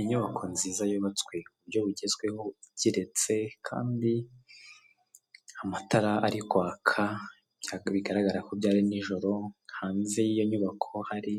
Inyubako nziza yubatswe ku buryo bugezweho igeretse kandi amatara ari kwaka bigaragara ko byari nijoro hanze y'iyo nyubako hari